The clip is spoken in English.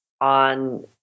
on